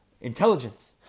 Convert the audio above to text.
intelligence